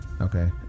Okay